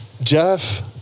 Jeff